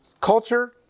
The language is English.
Culture